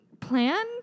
plan